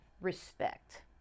respect